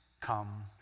come